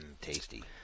Tasty